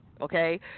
okay